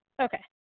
Okay